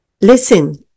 listen